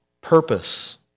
purpose